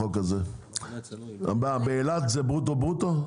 באילת זה ברוטו-ברוטו?